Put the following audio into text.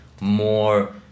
more